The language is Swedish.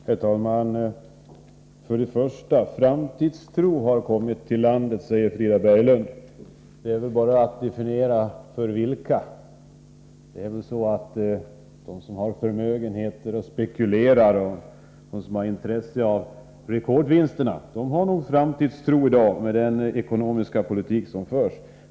Herr talman! Först och främst: Framtidstron har kommit till landet, säger Frida Berglund. Det gäller väl bara att definiera för vilka. De som har förmögenheter och spekulerar och som har intresse av rekordvinsterna, de har nog framtidstro i dag, med den ekonomiska politik som förs.